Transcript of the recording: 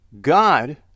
God